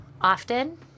often